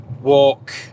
walk